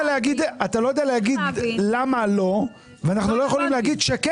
להגיד למה לא ואנחנו לא יכולים להגיד כן.